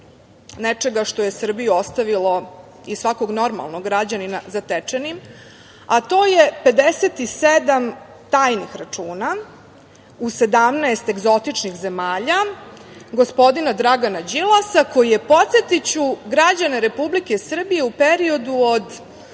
nečega što je Srbiju ostavilo i svakog normalnog građanina zatečenim, a to je 57 tajnih računa u 17 egzotičnih zemalja gospodina Dragana Đilasa, koji je podsetiću građane Republike Srbije u periodu od